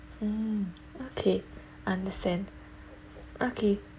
mm okay understand okay